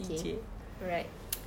okay alright